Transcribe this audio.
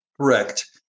Correct